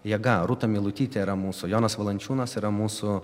jėga rūta meilutytė yra mūsų jonas valančiūnas yra mūsų